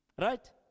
right